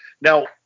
Now